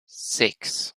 six